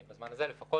בזמן הזה לפחות,